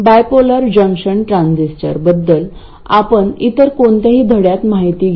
bipolar junction transistor बद्दल आपण इतर कोणत्याही धड्यात माहिती घेऊ